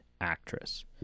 actress